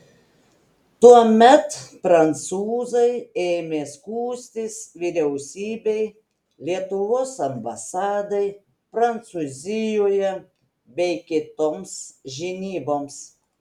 tuomet prancūzai ėmė skųstis vyriausybei lietuvos ambasadai prancūzijoje bei kitoms žinyboms